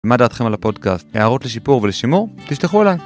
ומה דעתכם על הפודקאסט, הערות לשיפור ולשימור, תשלחו אליי.